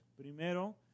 Primero